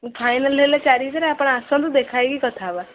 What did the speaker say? final ହେଲେ ଚାରି ହଜାର୍ ଆପଣ ଆସନ୍ତୁ ଦେଖା ହେଇକି କଥା ହେବା